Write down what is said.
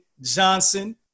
Johnson